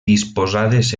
disposades